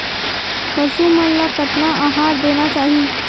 पशु मन ला कतना आहार देना चाही?